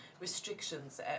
restrictions